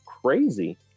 crazy